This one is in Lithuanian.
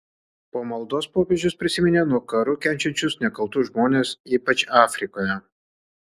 po maldos popiežius prisiminė nuo karų kenčiančius nekaltus žmones ypač afrikoje